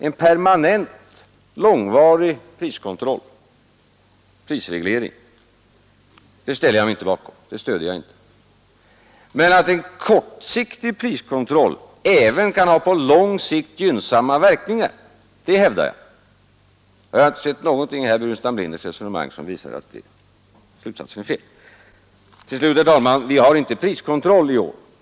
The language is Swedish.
En permanent, långvarig prisreglering stöder jag inte. Men jag hävdar att en kortsiktig priskontroll även kan ha på lång sikt gynnsamma verkningar. Jag har inte heller funnit något i herr Burenstam Linders resonemang som visar att den slutsatsen är felaktig. Till slut: Vi har inte priskontroll i år.